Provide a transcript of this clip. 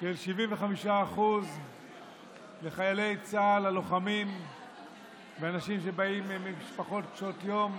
של 75% לחיילי צה"ל הלוחמים ואנשים שבאים ממשפחות קשות יום,